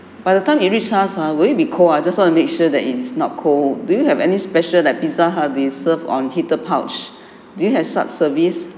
by the time it reach us ah will it be cold ah just want to make sure that it is not cold do you have any special like pizza hut they serve on heater pouch do you have such service